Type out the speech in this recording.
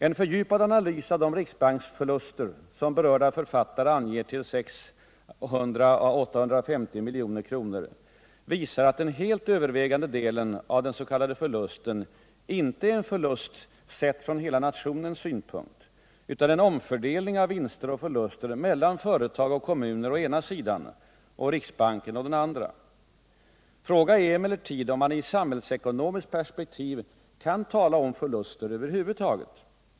En fördjupad analys av de riksbanksförluster som berörda författare anger till 600-850 milj.kr. visar att den helt övervägande delen av den s.k. förlusten inte är en förlust sedd från hela nationens synpunkt utan en omfördelning av vinster och förluster mellan företag och kommuner å ena sidan och riksbanken å den andra. Frågan är emellertid om man i samhällsekonomiskt perspektiv kan tala om ”förluster” över huvud taget.